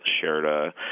shared